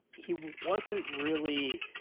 he wasn't really.